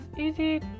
easy